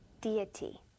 Deity